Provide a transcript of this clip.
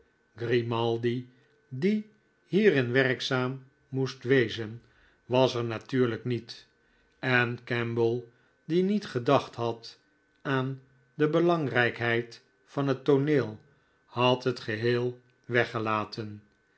grimaldi die hierin werkzaam moest wezen was er natuurujk niet en kemble die niet gedacht had aan de belangrijkheid van het tooneel had het geheel weggelaten